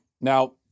Now